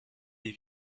les